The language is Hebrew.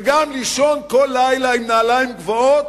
וגם לישון כל לילה עם נעליים גבוהות,